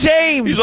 James